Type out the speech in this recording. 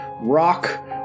rock